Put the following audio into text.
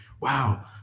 wow